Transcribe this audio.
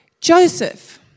Joseph